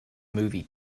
movie